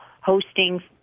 hosting